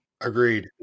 Agreed